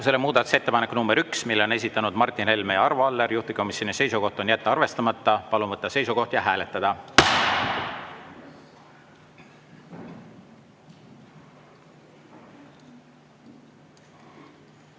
hääletusele muudatusettepaneku nr 1. Selle on esitanud Martin Helme ja Arvo Aller, juhtivkomisjoni seisukoht on jätta arvestamata. Palun võtta seisukoht ja hääletada!